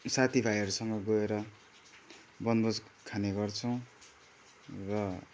साथीभाइहरूसँग गएर बनभोज खाने गर्छौँ र